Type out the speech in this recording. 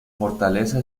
fortaleza